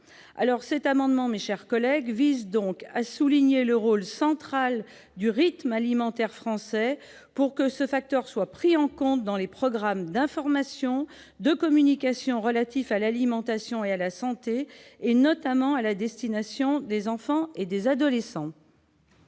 Cet amendement vise donc à souligner le rôle central du rythme alimentaire français, pour que ce facteur soit pris en compte dans les programmes d'information et de communication relatifs à l'alimentation et à la santé, notamment à destination des enfants et des adolescents.